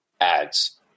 ads